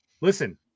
listen